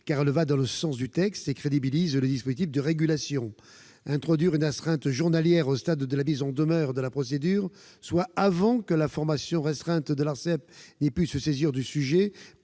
car elle va dans le sens du texte et crédibilise le dispositif de régulation. Introduire une astreinte journalière au stade de la mise en demeure de la procédure, c'est-à-dire avant que la formation restreinte de l'Arcep se soit saisie du sujet,